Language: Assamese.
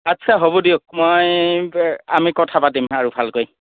ছাৰ হ'ব দিয়ক মই আমি কথা পাতিম আৰু ভালকৈ